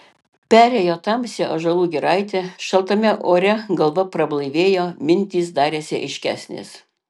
perėjo tamsią ąžuolų giraitę šaltame ore galva prablaivėjo mintys darėsi aiškesnės